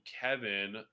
Kevin